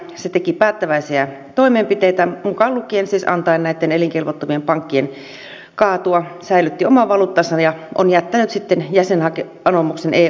se teki päättäväisiä toimenpiteitä muun muassa antaen näitten elinkelvottomien pankkien kaatua säilytti oman valuuttansa ja on sitten jättänyt jäsenanomuksen euhun jäähylle